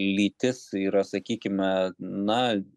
lytis yra sakykime na